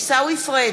עיסאווי פריג'